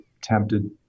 tempted